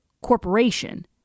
Corporation